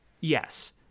Yes